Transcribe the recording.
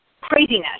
craziness